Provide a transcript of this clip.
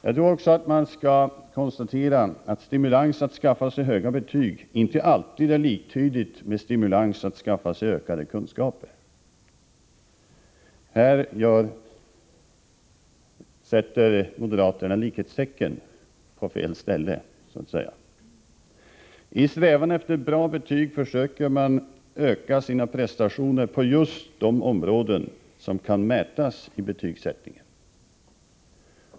Jag tror också att man skall konstatera att stimulans till att skaffa sig höga betyg inte alltid är liktydigt med stimulans till att skaffa sig ökad kunskap. Här sätter moderaterna likhetstecken på fel ställe, så att säga. I strävan efter bra betyg försöker eleverna öka sina prestationer på just de områden som kan mätas i betygsättningen.